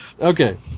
Okay